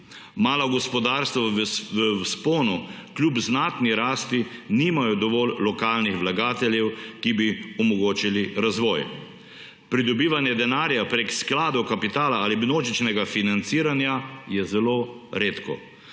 Mala gospodarstva v vzponu kljub znatni rasti nimajo dovolj lokalnih vlagateljev, ki bi omogočili razvoj. Pridobivanje denarja preko skladov kapitala ali množičnega financiranja je zelo redko.